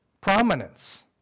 prominence